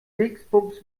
dingsbums